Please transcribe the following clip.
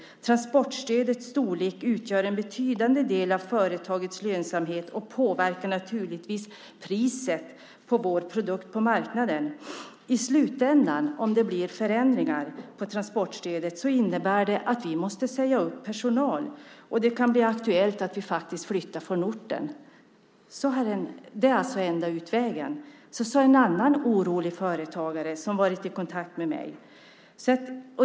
Transportstödets storlek utgör en betydande del av företagets lönsamhet och påverkar naturligtvis priset på vår produkt på marknaden. I slutändan, om det blir förändringar på transportstödet, så innebär det att vi måste säga upp personal, och det kan bli aktuellt att vi faktiskt flyttar från orten. Det är enda utvägen. Så sade en annan orolig företagare som varit i kontakt med mig.